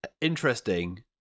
interesting